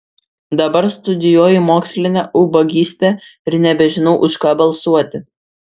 dabar studijuoju mokslinę ubagystę ir nebežinau už ką balsuoti